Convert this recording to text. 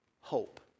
hope